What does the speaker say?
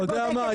אתה יודע מה?